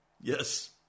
yes